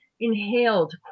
inhaled